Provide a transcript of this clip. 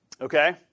Okay